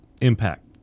impact